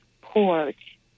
porch